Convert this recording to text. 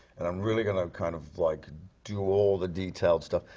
and i'm really going to kind of like do all the detailed stuff.